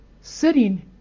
sitting